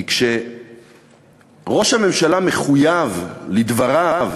כי כשראש הממשלה מחויב לדבריו,